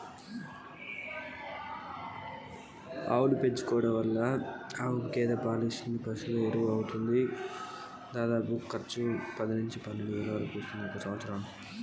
ఆవును పెంచడానికి రైతుకు సంవత్సరానికి ఎంత డబ్బు ఖర్చు అయితది? దాని వల్ల లాభం ఏమన్నా ఉంటుందా?